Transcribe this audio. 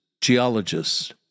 geologists